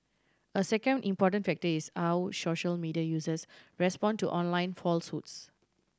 a second important factor is how social media users respond to online falsehoods